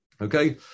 Okay